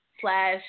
Slash